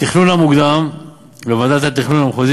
התכנון המקודם בוועדות התכנון המחוזיות